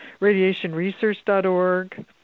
Radiationresearch.org